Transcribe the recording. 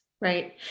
Right